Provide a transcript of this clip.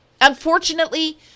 Unfortunately